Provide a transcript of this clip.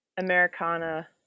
americana